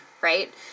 right